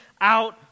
out